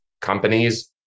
companies